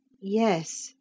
Yes